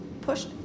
Push